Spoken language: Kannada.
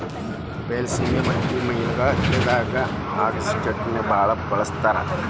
ಬೈಲಸೇಮಿ ಮಂದಿ ಮಳೆಗಾಲ ಚಳಿಗಾಲದಾಗ ಅಗಸಿಚಟ್ನಿನಾ ಬಾಳ ಬಳ್ಸತಾರ